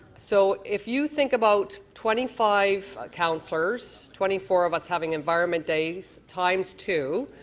so if you think about twenty five councillors, twenty four of us having environment days times two,